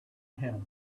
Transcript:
him